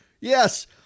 Yes